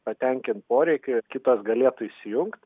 patenkint poreikių kitos galėtų įsijungt